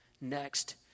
next